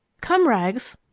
come, rags!